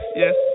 yes